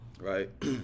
Right